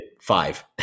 five